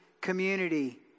community